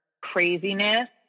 craziness